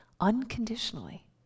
unconditionally